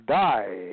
die